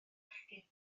fechgyn